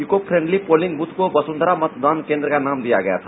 eco friendly polling booth को वसुंधरा मतदान केंद्र का नाम दिया गया था